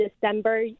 December